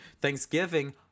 Thanksgiving